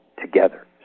together